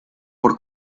por